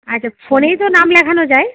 আচ্ছা ফোনেই তো নাম লেখানো যায়